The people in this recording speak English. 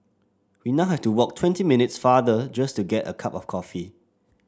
we now have to walk twenty minutes farther just to get a cup of coffee